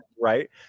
right